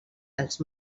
els